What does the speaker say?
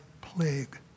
plague